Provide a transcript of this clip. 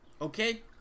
Okay